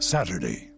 Saturday